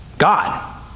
god